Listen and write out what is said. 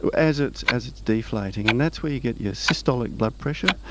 so as it's as it's deflating, and that's where you get your systolic blood pressure,